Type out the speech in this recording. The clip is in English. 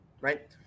right